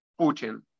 Putin